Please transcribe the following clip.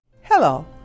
Hello